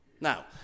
now